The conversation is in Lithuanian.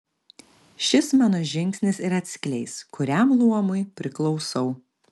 šis mano žingsnis ir atskleis kuriam luomui priklausau